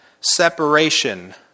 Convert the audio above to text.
separation